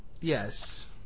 Yes